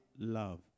Love